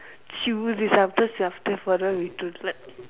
choose this after after further research like